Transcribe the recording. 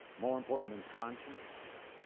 more important than conscience.